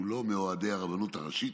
שהוא לא מאוהדי הרבנות הראשית,